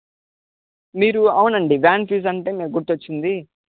మీరు అవునండి van fees అంటే మీరు గుర్తొచ్చింది